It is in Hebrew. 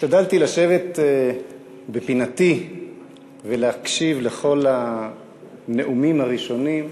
השתדלתי לשבת בפינתי ולהקשיב לכל הנאומים הראשונים,